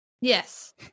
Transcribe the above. Yes